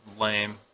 lame